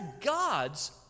gods